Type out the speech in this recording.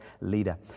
leader